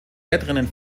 wettrennen